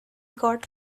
got